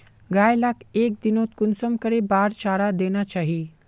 गाय लाक एक दिनोत कुंसम करे बार चारा देना चही?